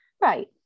right